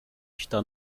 está